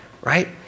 right